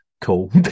cool